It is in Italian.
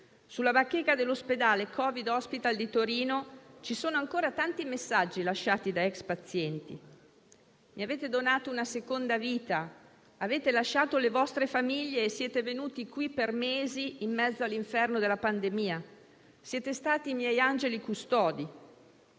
Sulla bacheca dell'ospedale *covid hospital* di Torino ci sono ancora tanti messaggi lasciati da *ex* pazienti: «Mi avete donato una seconda vita»; «Avete lasciato le vostre famiglie e siete venuti qui per mesi in mezzo all'inferno della pandemia»; «Siete stati i miei angeli custodi»;